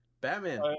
Batman